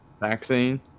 vaccine